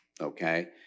Okay